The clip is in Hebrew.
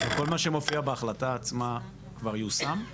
כל מה שמופיע בהחלטה עצמה כבר יושם?